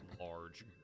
large